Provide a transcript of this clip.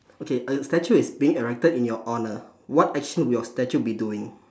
okay a statue is being erected in your honour what action will your statue be doing